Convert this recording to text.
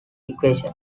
equation